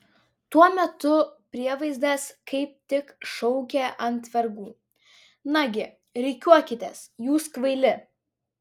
tuo metu prievaizdas kaip tik šaukė ant vergų nagi rikiuokitės jūs kvaili